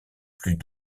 plus